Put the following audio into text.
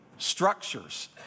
structures